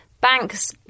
Banks